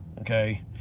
okay